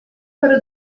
para